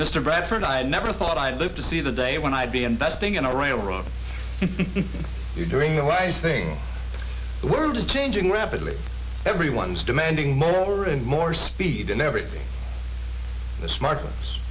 mr bradford i never thought i'd live to see the day when i'd be investing in a railroad you're doing a live thing the world is changing rapidly everyone's demanding more and more speed and everything the smart ones